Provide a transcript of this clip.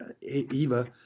Eva